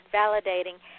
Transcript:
validating